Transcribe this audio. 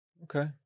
Okay